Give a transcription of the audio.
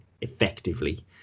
effectively